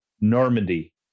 Normandy